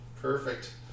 perfect